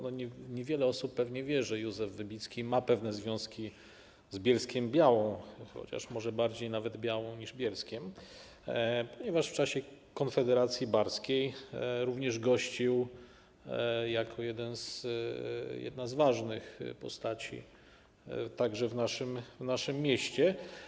Niewiele osób pewnie wie, że Józef Wybicki ma pewne związki z Bielskiem-Białą, chociaż może bardziej nawet z Białą niż Bielskiem, ponieważ w czasie konfederacji barskiej również gościł jako jedna z ważnych postaci także w naszym mieście.